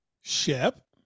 Shep